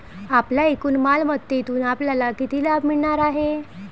आपल्या एकूण मालमत्तेतून आपल्याला किती लाभ मिळणार आहे?